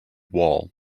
wall